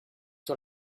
sur